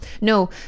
No